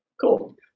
cool